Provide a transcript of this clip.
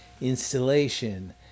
installation